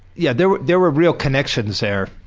yeah, there were there were real connections there